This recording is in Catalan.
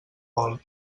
bol